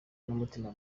n’umutima